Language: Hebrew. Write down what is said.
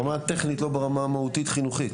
לא ברמה המהותית-חינוכית.